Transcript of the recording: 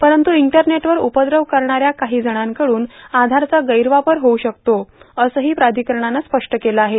परंतू इंटरनेटवर उपद्रव करणाऱ्या काही जणांकडून आधारचा गैरवापर होऊ शकतो असंही प्राधिकरणानं स्पष्ट केलं आहे